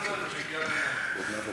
עלי.